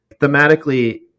Thematically